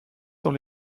dans